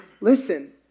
Listen